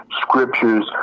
scriptures